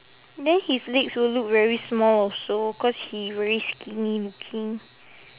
then his legs will look very small also cause he very skinny looking